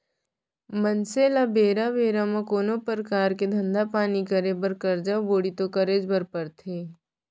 मनसे मन ल बेरा बेरा म कोनो परकार के धंधा पानी करे बर करजा बोड़ी तो करेच बर परथे